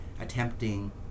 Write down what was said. attempting